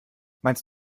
meinst